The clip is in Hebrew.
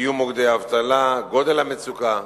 קיום מוקדי אבטלה, גודל המצוקה